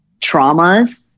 traumas